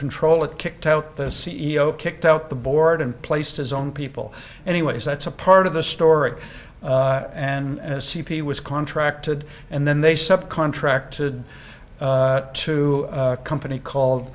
control it kicked out the c e o kicked out the board and placed his own people anyways that's a part of the story and a c p was contracted and then they subcontracted out to company called